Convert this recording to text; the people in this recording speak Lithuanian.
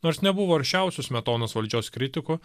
nors nebuvo aršiausiu smetonos valdžios kritiku